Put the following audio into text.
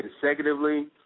consecutively